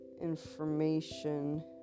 information